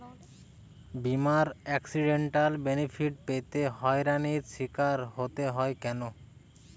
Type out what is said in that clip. বিমার accidental benefit পেতে হয়রানির স্বীকার হতে হয় কেন?